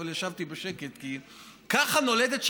אבל ישבתי בשקט ככה נולדת שחיתות?